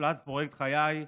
נולד פרויקט חיי,